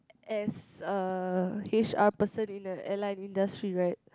as a H_R person in the airline industry right